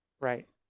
Right